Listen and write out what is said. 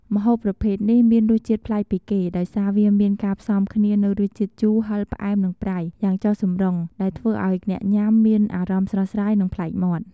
ម្ហូបប្រភេទនេះមានរសជាតិប្លែកពីគេ ដោយសារវាមានការផ្សំគ្នានូវ រសជាតិជូរ ហឹរ ផ្អែម និងប្រៃ យ៉ាងចុះសម្រុង ដែលធ្វើឱ្យអ្នកញ៉ាំមានអារម្មណ៍ស្រស់ស្រាយ និងប្លែកមាត់។